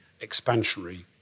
expansionary